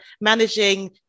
managing